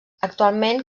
actualment